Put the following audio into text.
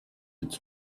its